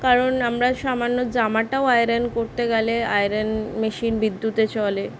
কারণ আমরা সামান্য জামাটাও আয়রন করতে গেলে আয়রন মেশিন বিদ্যুতে চলে